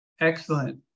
Excellent